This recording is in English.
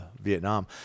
Vietnam